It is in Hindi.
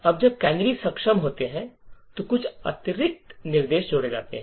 अब जब कैनरी सक्षम होते हैं तो कुछ अतिरिक्त निर्देश जोड़े जाते हैं